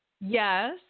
Yes